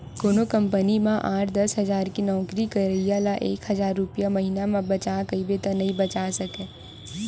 कोनो कंपनी म आठ, दस हजार के नउकरी करइया ल एक हजार रूपिया महिना म बचा कहिबे त नइ बचा सकय